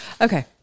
okay